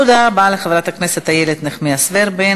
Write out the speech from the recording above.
תודה רבה לחברת כנסת איילת נחמיאס ורבין.